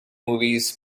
movies